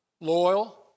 Loyal